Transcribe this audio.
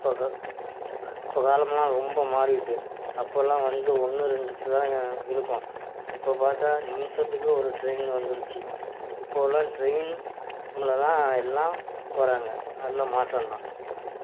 இப்போது க இப்போது காலமெலாம் ரொம்ப மாறிட்டுது அப்போதெலாம் வந்து ஒன்று ரெண்டுதாங்க இருக்கும் இப்போது பார்த்தா நிமிஷத்துக்கு ஒரு ட்ரெயின் வந்துருச்சு இப்போதெலாம் ட்ரெயினில்தான் எல்லாம் போகிறாங்க நல்ல மாற்றம்தான்